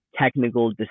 technical